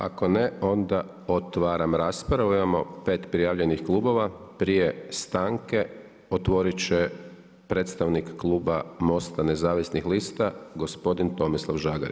Ako ne, onda otvaram raspravu, imamo 5 prijavljenih klubova, prije stanke, otvorit će predstavnik kluba MOST-a nezavisnih lista gospodin Tomislav Žagar.